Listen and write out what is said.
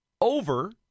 over